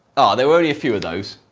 there were only a few of those,